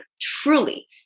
truly